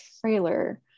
trailer